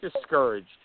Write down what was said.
discouraged